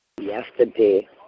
Yesterday